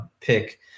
pick